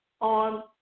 on